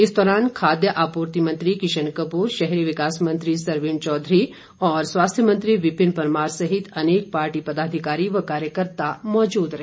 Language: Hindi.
इस दौरान खाद्य आपूर्ति मंत्री किशन कपूर शहरी विकास मंत्री सरवीण चौधरी और स्वास्थ्य मंत्री विपिन परमार सहित अनेक पार्टी पदाधिकारी व कार्यकर्ता मौजूद रहे